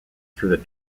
through